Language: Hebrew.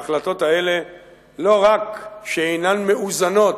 ההחלטות האלה לא רק שאינן מאוזנות,